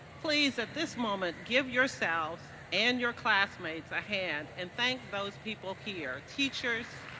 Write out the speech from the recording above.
please at this moment give yourselves and your classmates a hand and thank those people here. teachers,